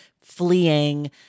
fleeing